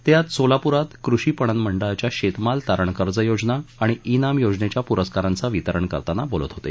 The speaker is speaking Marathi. ते आज सोलापूर श्विं कृषी पणन मंडळाच्या शेतमाल तारण कर्ज योजना आणि ई नाम योजनेच्या पुरस्कारांचे वितरण करताना बोलत होते